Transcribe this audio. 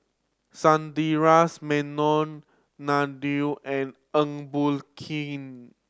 Sundaresh Menon Neil and Eng Boh Kee